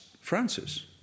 Francis